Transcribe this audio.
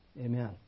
Amen